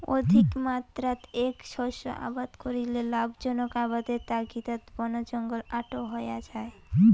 অধিকমাত্রাত এ্যাক শস্য আবাদ করিলে লাভজনক আবাদের তাগিদাত বনজঙ্গল আটো হয়া যাই